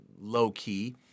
low-key